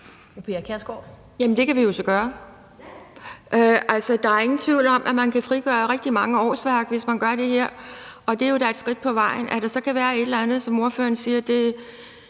det kan vi jo så gøre. Altså, der er ingen tvivl om, at man kan frigøre rigtig mange årsværk, hvis man gør det her, og det er jo da et skridt på vejen. At der så kan være et eller andet, som ordføreren siger